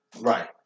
Right